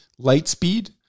Lightspeed